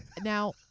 Now